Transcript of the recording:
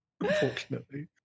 unfortunately